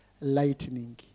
lightning